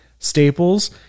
staples